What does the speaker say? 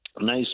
nice